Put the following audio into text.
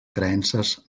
creences